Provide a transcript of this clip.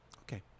Okay